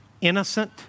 innocent